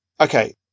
Okay